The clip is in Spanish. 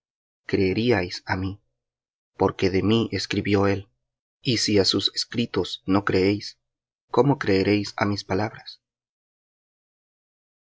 moisés creeríais á mí porque de mí escribió él y si á sus escritos no creéis cómo creeréis á mis palabras